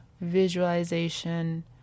visualization